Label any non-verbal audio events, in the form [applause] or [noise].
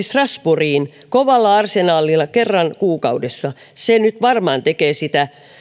[unintelligible] strasbourgiin kovalla arsenaalilla kerran kuukaudessa se nyt varmaan tekee sitä